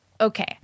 Okay